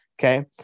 Okay